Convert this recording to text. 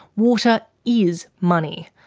water is money.